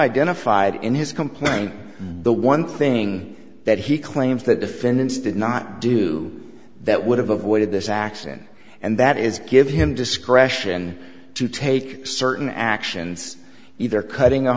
identified in his complaint the one thing that he claims that defendants did not do that would have avoided this action and that is give him discretion to take certain actions either cutting a